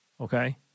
okay